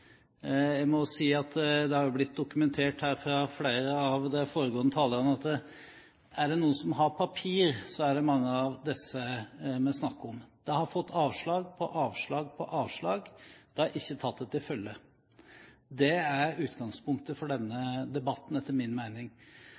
Jeg må si at det er blitt dokumentert her fra flere av de foregående talerne at er det noen som har papirer, er det mange av disse vi snakker om her. De har fått avslag på avslag på avslag. De har ikke tatt det til følge. Det er etter min mening utgangspunktet for denne debatten.